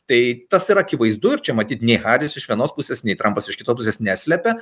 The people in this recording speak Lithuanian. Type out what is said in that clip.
tai tas yra akivaizdu ir čia matyt nei haris iš vienos pusės nei trampas iš kitos pusės neslepia